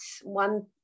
one